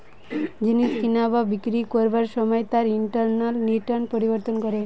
জিনিস কিনা বা বিক্রি করবার সময় তার ইন্টারনাল রিটার্ন পরিবর্তন করে